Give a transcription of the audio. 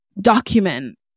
document